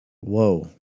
Whoa